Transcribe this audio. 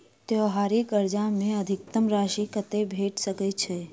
त्योहारी कर्जा मे अधिकतम राशि कत्ते भेट सकय छई?